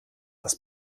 was